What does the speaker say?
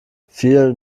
vielen